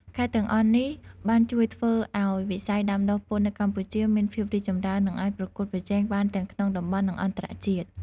ខេត្តទាំងអស់នេះបានជួយធ្វើឱ្យវិស័យដាំដុះពោតនៅកម្ពុជាមានភាពរីកចម្រើន និងអាចប្រកួតប្រជែងបានទាំងក្នុងតំបន់ និងអន្តរជាតិ។